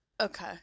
Okay